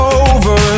over